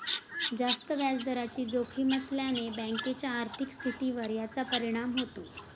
जास्त व्याजदराची जोखीम असल्याने बँकेच्या आर्थिक स्थितीवर याचा परिणाम होतो